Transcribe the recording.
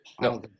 No